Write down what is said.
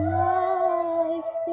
life